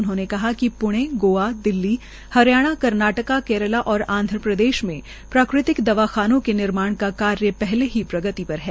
उन्होंने कहा कि प्णे गोवा दिल्ली हरियाणा कर्नाटक केरला और आंधप्रदेश में प्राकृतिक दवाखानों के निर्माण का कार्य पहले ही प्रगति पर है